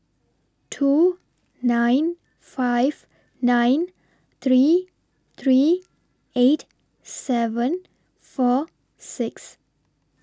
two nine five nine three three eight seven four six